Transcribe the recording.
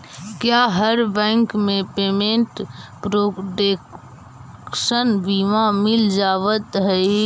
क्या हर बैंक में पेमेंट प्रोटेक्शन बीमा मिल जावत हई